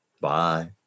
Bye